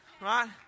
right